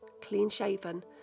clean-shaven